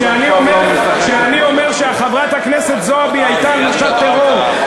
כשאני אומר שחברת הכנסת זועבי הייתה אשת טרור,